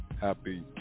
happy